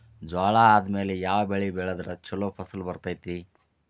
ಜ್ವಾಳಾ ಆದ್ಮೇಲ ಯಾವ ಬೆಳೆ ಬೆಳೆದ್ರ ಛಲೋ ಫಸಲ್ ಬರತೈತ್ರಿ?